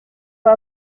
loi